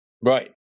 Right